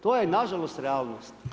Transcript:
To je nažalost realnost.